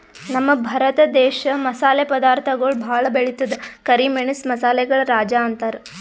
ನಮ್ ಭರತ ದೇಶ್ ಮಸಾಲೆ ಪದಾರ್ಥಗೊಳ್ ಭಾಳ್ ಬೆಳಿತದ್ ಕರಿ ಮೆಣಸ್ ಮಸಾಲೆಗಳ್ ರಾಜ ಅಂತಾರ್